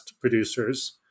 producers